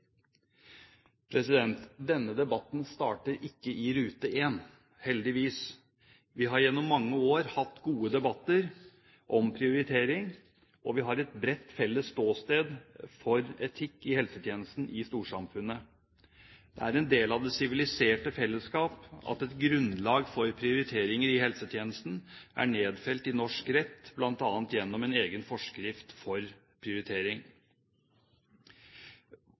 Denne debatten starter ikke i rute én – heldigvis. Vi har gjennom mange år hatt gode debatter om prioritering, og vi har et bredt felles ståsted for etikk i helsetjenesten i storsamfunnet. Det er en del av det siviliserte fellesskap at et grunnlag for prioriteringer i helsetjenesten er nedfelt i norsk rett, bl.a. gjennom en egen forskrift for prioritering.